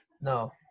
No